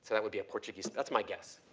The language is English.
that would be a portuguese, that's my guess.